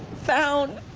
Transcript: found